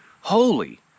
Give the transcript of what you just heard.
holy